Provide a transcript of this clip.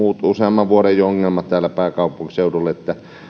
useamman vuoden jo ongelma täällä pääkaupunkiseudulla